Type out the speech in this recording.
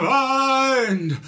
mind